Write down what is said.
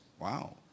Wow